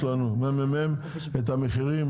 לי בממ"מ את המחירים.